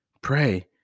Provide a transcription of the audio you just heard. Pray